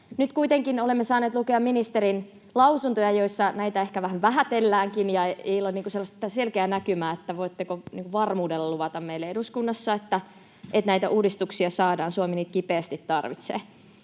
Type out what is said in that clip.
Nyt kuitenkin olemme saaneet lukea ministerin lausuntoja, joissa näitä ehkä vähän vähätelläänkin, ja ei ole sellaista selkeää näkymää. Voitteko varmuudella luvata meille eduskunnassa, että uudistuksia saadaan? Suomi niitä kipeästi tarvitsee.